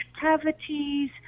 cavities